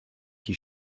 die